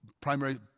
primary